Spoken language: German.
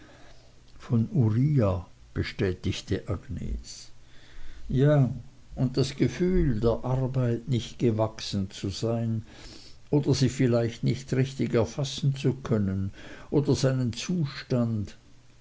von uriah bestätigte agnes ja und das gefühl der arbeit nicht gewachsen zu sein oder sie vielleicht nicht richtig erfassen zu können oder seinen zustand